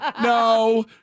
no